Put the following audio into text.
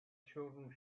children